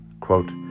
quote